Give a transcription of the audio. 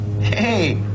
hey